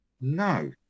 no